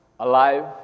alive